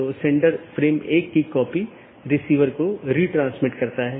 और यदि हम AS प्रकारों को देखते हैं तो BGP मुख्य रूप से ऑटॉनमस सिस्टमों के 3 प्रकारों को परिभाषित करता है